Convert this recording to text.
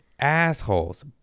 assholes